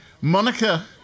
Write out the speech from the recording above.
Monica